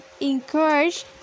encourage